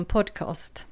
Podcast